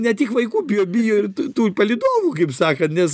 ne tik vaikų bijo bijo ir tų palydovų kaip sakant nes